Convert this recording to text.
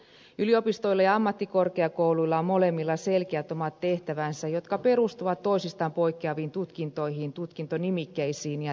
yliopistoilla ja ammattikorkeakouluilla on molemmilla selkeät omat tehtävänsä jotka perustuvat toisistaan poikkeaviin tutkintoihin tutkintonimikkeisiin ja tehtäviin